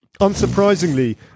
Unsurprisingly